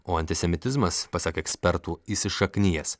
o antisemitizmas pasak ekspertų įsišaknijęs